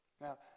Now